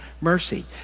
mercy